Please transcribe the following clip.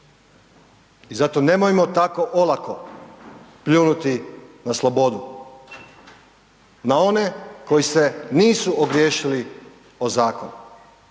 I zato nemojmo tako olako pljunuti na slobodu. Na one koji se nisu ogriješili o zakonu,